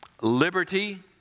liberty